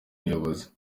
muyobozi